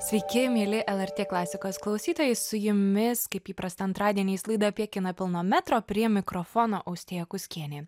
sveiki mieli lrt klasikos klausytojai su jumis kaip įprasta antradieniais laida apie kiną pilno metro prie mikrofono austėja kuskienė